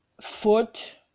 foot